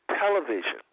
television